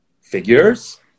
figures